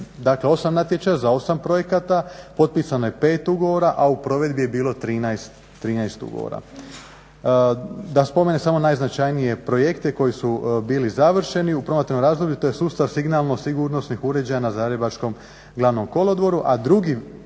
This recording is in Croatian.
je 8 natječaja za 8 projekata, potpisano je 5 ugovora, a u provedbi je bilo 13 ugovora. Da spomenem samo najznačajnije projekte koji su bili završeni u promatranom razdoblju. To je sustav signalno-sigurnosnih uređaja na zagrebačkom Glavnom kolodvoru, a drugi